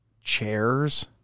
chairs